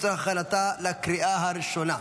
לצורך הכנתה לקריאה הראשונה.